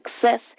success